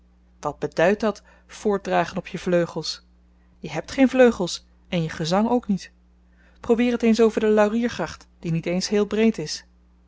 wat beduidt dat voortdragen op je vleugels je hebt geen vleugels en je gezang ook niet probeer t eens over de lauriergracht die niet eens heel breed is